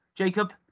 Jacob